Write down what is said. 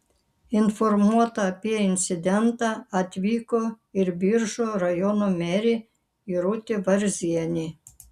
informuota apie incidentą atvyko ir biržų rajono merė irutė varzienė